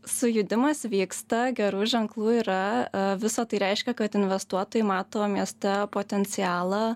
sujudimas vyksta gerų ženklų yra visa tai reiškia kad investuotojai mato mieste potencialą